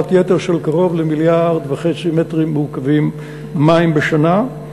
משיכת יתר של קרוב למיליארד וחצי מטרים מעוקבים מים בשנה.